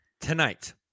tonight